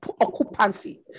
occupancy